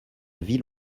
ville